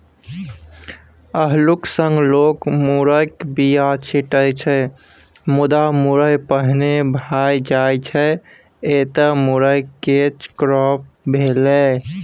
अल्लुक संग लोक मुरयक बीया छीटै छै मुदा मुरय पहिने भए जाइ छै एतय मुरय कैच क्रॉप भेलै